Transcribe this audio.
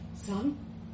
Son